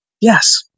yes